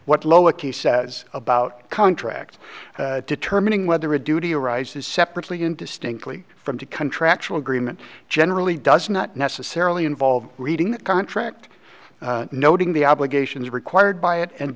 what loic e says about contract determining whether a duty arises separately and distinctly from to country actual agreement generally does not necessarily involve reading the contract noting the obligations required by it and